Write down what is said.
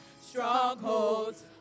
Strongholds